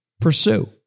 Pursue